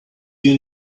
you